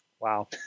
wow